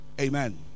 Amen